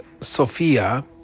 Sophia